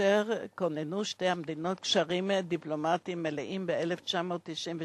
שתי המדינות שלנו כוננו קשרים דיפלומטיים מלאים ב-1992,